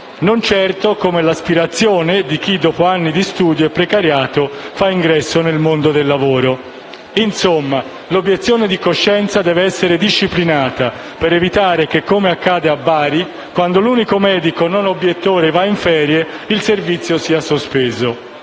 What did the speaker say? non certo come l'aspirazione di chi, dopo anni di studio e precariato, fa ingresso nel mondo del lavoro. Insomma, l'obiezione di coscienza deve essere disciplinata per evitare che, come accade a Bari, quando l'unico medico non obiettore va in ferie, il servizio sia sospeso,